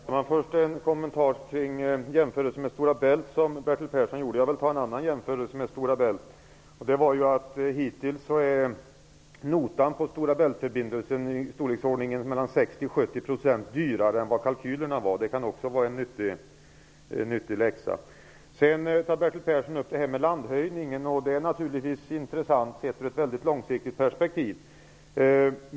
Herr talman! Först en kommentar till den jämförelse med Stora Bält som Bertil Persson gjorde. Jag vill göra en annan jämförelse med Stora Bält. Hittills är notan på Stora Bält-förbindelsen i storleksordningen 60--70 % större än vad som motsvarar kalkylerna. Också det kan vara en nyttig läxa. Bertil Persson tar upp landhöjningen, som naturligtvis kan vara intressant i ett mycket långsiktigt perspektiv.